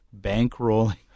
bankrolling